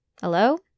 Hello